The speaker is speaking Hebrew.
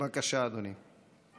בבקשה, אדוני.